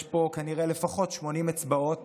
יש פה כנראה לפחות 80 אצבעות